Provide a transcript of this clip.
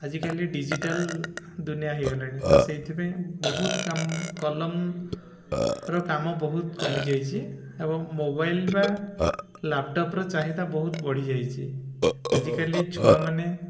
ଆଜିକାଲି ଡିଜିଟାଲ୍ ଦୁନିଆ ହେଇଗଲାଣି ତ ସେଇଥିପାଇଁ ବହୁତ କାମ କଲମର କାମ ବହୁତ କମିଯାଇଛି ଏବଂ ମୋବାଇଲ ବା ଲ୍ୟାପଟପ୍ରେ ଚାହିଦା ବହୁତ ବଢ଼ିଯାଇଛି ଆଜିକାଲି ଛୁଆମାନେ